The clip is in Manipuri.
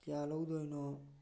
ꯀꯌꯥ ꯂꯧꯗꯣꯏꯅꯣ